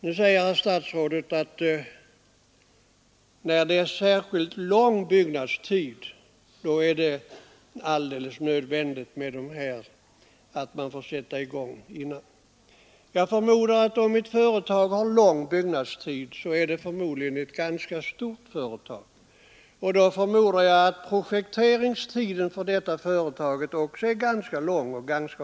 Nu säger statsrådet: När det är särskilt lång byggnadstid är det alldeles nödvändigt att byggnation får sätta i gång innan tillstånd är klart. Om en anläggning har lång byggnadstid är det förmodligen ett ganska stort företag, och jag utgår från att projekteringstiden då också är ganska lång.